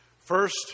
First